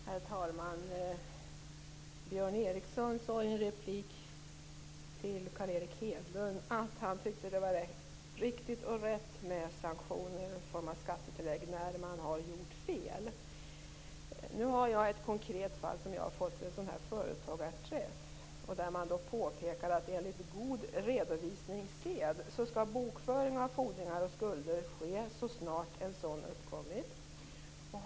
Herr talman! Björn Ericson sade i en replik till Carl Erik Hedlund att han tyckte att det var riktigt och rätt med sanktioner i form av skattetillägg när man har gjort fel. Nu har jag vid en företagarträff fått kännedom om ett konkret fall. Det påpekas att enligt god redovisningssed skall bokföring av fordringar och skulder ske så snart en sådan uppkommit.